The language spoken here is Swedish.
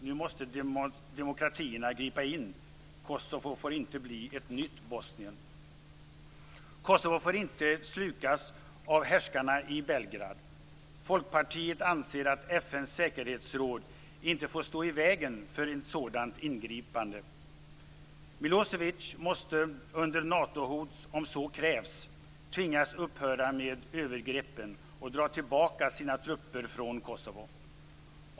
Nu måste demokratierna gripa in. Kosovo får inte bli ett nytt Bosnien. Kosovo får inte slukas av härskarna i Belgrad. Folkpartiet anser att FN:s säkerhetsråd inte får stå i vägen för ett sådant ingripande. Milosevic måste, under Natohot om så krävs, tvingas upphöra med övergreppen och dra tillbaka sina trupper från Kosovo.